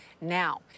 Now